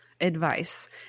advice